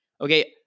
Okay